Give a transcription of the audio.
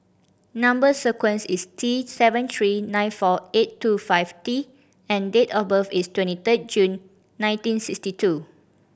number sequence is T seven three nine four eight two five T and date of birth is twenty third June nineteen sixty two